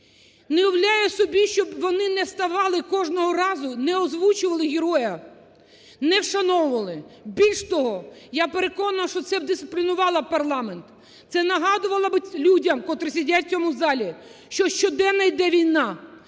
Не уявляю собі, щоб вони не ставали кожного разу, не озвучували героя, не вшановували. Більше того, я переконана, що це б дисциплінувало парламент, це нагадувало би людям, котрі сидять в цьому залі, що щоденно йде війна,